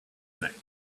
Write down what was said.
neck